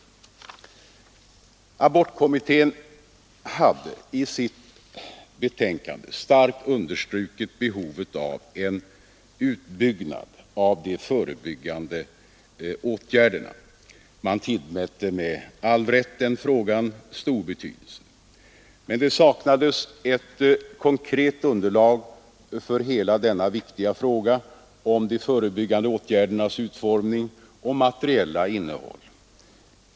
Abortkommittén hade i sitt betänkande starkt understrukit behovet av en utbyggnad av de förebyggande åtgärderna, Man tillmätte med all rätt den frågan stor betydelse. Men det saknades ett konkret underlag för hela denna viktiga fråga om de förebyggande åtgärdernas utformning och materiella innehåll.